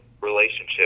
relationship